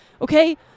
Okay